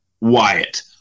Wyatt